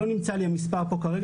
לא נמצא לי כרגע המספר לפניי,